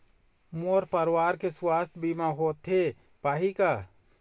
मोर परवार के सुवास्थ बीमा होथे पाही का?